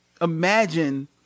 imagine